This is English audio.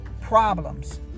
problems